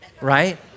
right